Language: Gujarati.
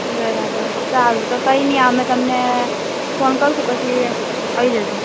બરાબર સારું તો કયનય અમે તમને ફોન કરશું પછી આય જજો